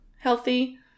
healthy